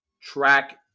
track